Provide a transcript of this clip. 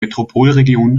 metropolregion